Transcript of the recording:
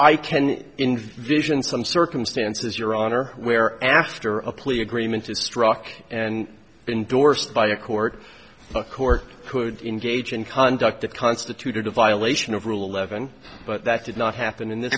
i can envision some circumstances your honor where after a plea agreement is struck and endorsed by a court the court could engage in conduct that constituted a violation of rule eleven but that did not happen in this